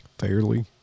Fairly